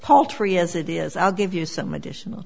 paltry as it is i'll give you some additional